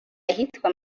ahitwa